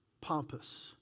pompous